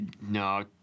No